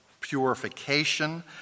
purification